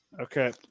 Okay